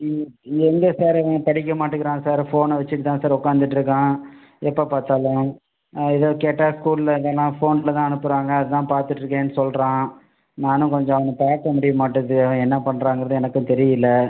ம் எங்கே சார் அவன் படிக்க மாட்டேங்கிறான் சார் ஃபோனை வெச்சுட்டு தான் சார் உட்காந்துட்ருக்கான் எப்போ பார்த்தாலும் எதாவது கேட்டால் ஸ்கூல்லில் இதெல்லாம் ஃபோனில் தான் அனுப்புகிறாங்க அதான் பார்த்துட்ருக்கேன்னு சொல்கிறான் நானும் கொஞ்சம் அவனை பார்க்க முடிய மாட்டுகிது அவன் என்ன பண்ணுறாங்கிறது எனக்கும் தெரியிலை